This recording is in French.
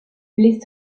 les